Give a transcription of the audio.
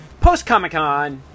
post-Comic-Con